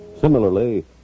Similarly